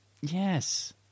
Yes